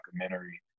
documentary